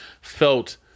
felt